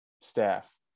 staff